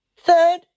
Third